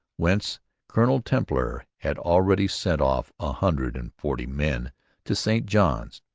whence colonel templer had already sent off a hundred and forty men to st johns,